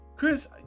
Chris